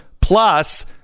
plus